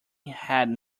had